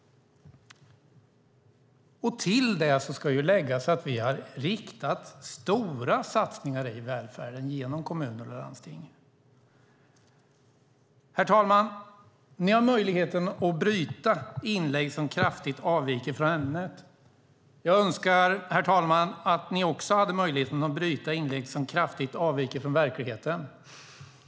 Till detta ska läggas att vi har riktat stora satsningar i välfärden genom kommuner och landsting. Herr talman! Ni har möjlighet att bryta inlägg som kraftigt avviker från ämnet. Jag önskar, herr talman, att ni också hade möjlighet att bryta inlägg som kraftigt avviker från verkligheten.